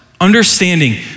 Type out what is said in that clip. Understanding